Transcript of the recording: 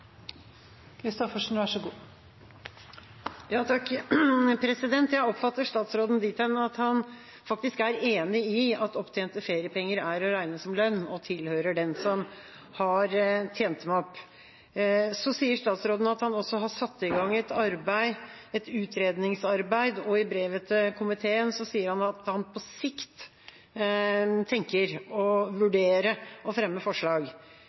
enig i at opptjente feriepenger er å regne som lønn og tilhører den som har tjent dem opp. Statsråden sier også at han har satt i gang et utredningsarbeid, og i brevet til komiteen skriver han at han «på sikt» vurderer å fremme forslag. Det hadde vært interessant å vite når Stortinget kunne forvente å få en konkret sak på det. Videre lurer jeg på hva statsråden tenker å gjøre for å